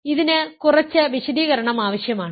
അതിനാൽ ഇതിന് കുറച്ച് വിശദീകരണം ആവശ്യമാണ്